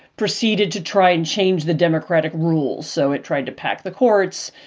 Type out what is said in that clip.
proceeded to try and change the democratic rules. so it tried to pack the courts.